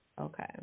Okay